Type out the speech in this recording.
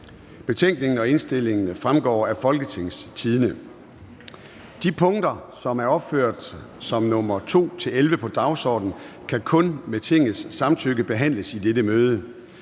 til behandling Formanden (Søren Gade): De punkter, som er opført som nr. 2-11 på dagsordenen, kan kun med Tingets samtykke behandles i dette møde.